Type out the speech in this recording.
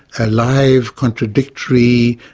alive, contradictory,